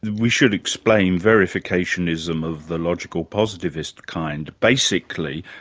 and we should explain, verificationism of the logical positivist kind. basically,